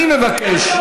אני מבקש,